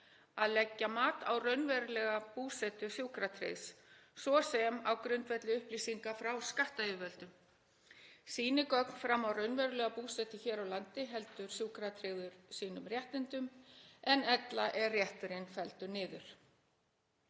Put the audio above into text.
að leggja mat á raunverulega búsetu sjúkratryggðs, svo sem á grundvelli upplýsinga frá skattyfirvöldum. Sýni gögn fram á raunverulega búsetu hér á landi heldur sjúkratryggður sínum réttindum en ella er rétturinn felldur niður.